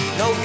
no